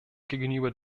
gegenüber